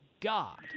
God